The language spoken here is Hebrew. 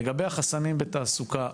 לגבי החסמים בתעסוקה,